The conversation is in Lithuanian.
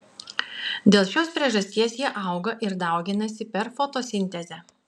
dėl šios priežasties jie auga ir dauginasi per fotosintezę